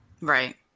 Right